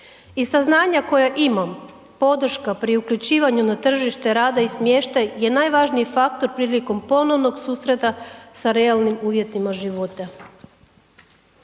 i saznanja koja imam, podrška pri uključivanju na tržište rada i smještaj je najvažniji faktor prilikom ponovnog susreta sa realnim uvjetima života.